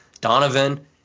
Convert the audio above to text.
Donovan